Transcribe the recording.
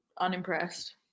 Unimpressed